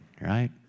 right